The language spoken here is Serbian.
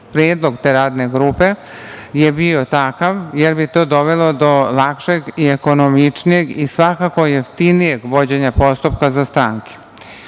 Predlog te radne grupe je bio takav, jer bi to dovelo do lakšeg i ekonomičnije i svakako, jeftinijeg postupka za stranke. Moram